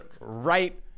right